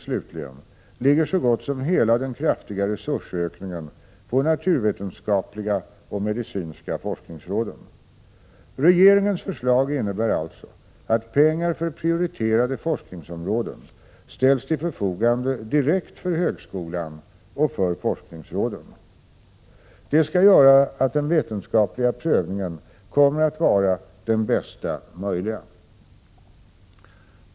Slutligen ligger så gott som hela den kraftiga resursökningen på naturvetenskapliga och medicinska forskningsråden på biotekniken. Regeringens förslag innebär alltså att pengar för prioriterade forskningsområden ställs till förfogande direkt för högskolan och för forskningsråden. Det skall göra att den vetenskapliga prövningen kommer att vara den bästa möjliga.